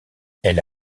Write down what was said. elle